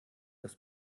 das